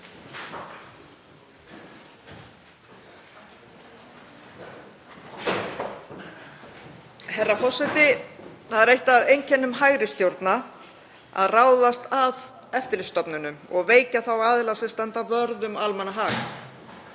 Herra forseti. Það er eitt af einkennum hægri stjórna að ráðast að eftirlitsstofnunum og veikja þá aðila sem standa vörð um almannahag.